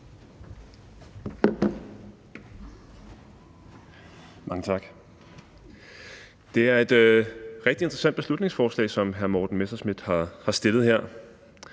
Mange tak. Det er et rigtig interessant beslutningsforslag, som hr. Morten Messerschmidt har fremsat her.